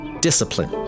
discipline